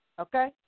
Okay